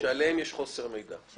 שלגביהן יש חוסר מידע.